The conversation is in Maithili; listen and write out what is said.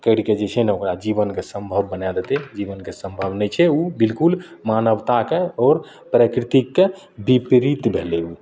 करिकऽ जे छै ने ओकरा जीवनके सम्भव बना देतय जीवनके सम्भव नहि छै उ बिल्कुल मानवताके आओर प्राकृतिकके विपरीत भेलय उ